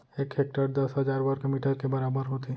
एक हेक्टर दस हजार वर्ग मीटर के बराबर होथे